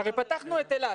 אבל פתחנו את אילת.